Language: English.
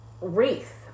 wreath